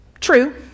True